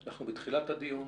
אנחנו בתחילת הדיון.